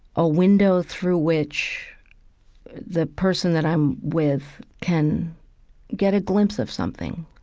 a window through which the person that i'm with can get a glimpse of something,